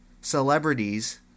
celebrities